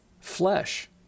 flesh